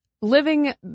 living